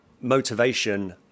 motivation